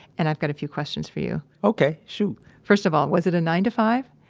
and i've got a few questions for you okay, shoot first of all, was it a nine to five?